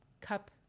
cup